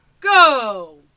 Go